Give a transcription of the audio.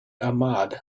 ahmad